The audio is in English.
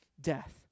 death